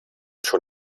schon